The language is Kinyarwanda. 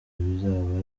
bizaba